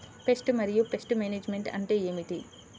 Pest మరియు pest management అంటే ఏమిటి?